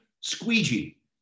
squeegee